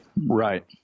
Right